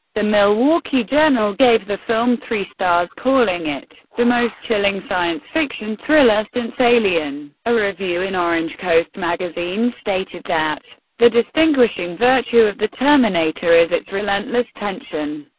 the milwaukee journal gave the film three stars, calling it the most chilling science fiction thriller since alien. ah review in orange coast magazine stated that the distinguishing virtue of the terminator is its relentless tension.